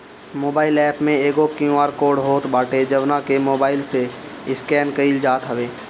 mobile app में एगो QR code होत बाटे जवना के मोबाईल से स्केन कईल जात हवे